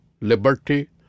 liberty